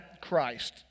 Christ